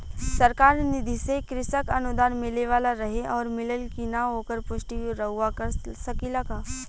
सरकार निधि से कृषक अनुदान मिले वाला रहे और मिलल कि ना ओकर पुष्टि रउवा कर सकी ला का?